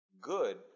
good